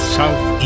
south